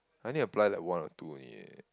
I only apply like one or two only eh